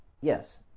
yes